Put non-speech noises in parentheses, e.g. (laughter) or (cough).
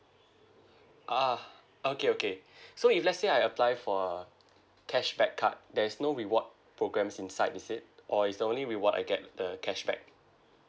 a'ah okay okay (breath) so if let's say I apply for a cashback card there's no reward programs inside is it or is the only reward I get the cashback